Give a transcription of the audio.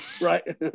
Right